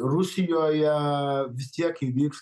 rusijoje vis tiek įvyks